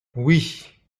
oui